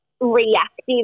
reactive